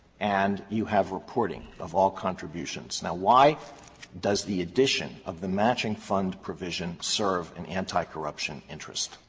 and you have reporting of all contributions. now, why does the addition of the matching fund provision serve an anticorruption interest?